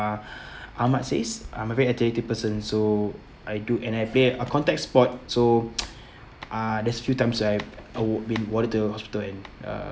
~(uh) ahmad says I'm a very athletic person so I do and I play a contact sport so uh there's few times I I would been warded to hospital and